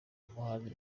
umuhanzi